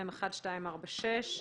מ/1246,